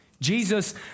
Jesus